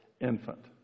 infant